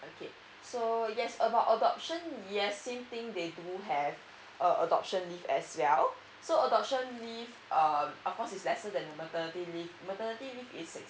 okay so yes about adoption yes same thing they do have a adoption leave as well so adoption leave uh of course is lesser than maternity leave maternity leave is